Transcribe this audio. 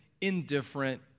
indifferent